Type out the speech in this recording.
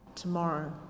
tomorrow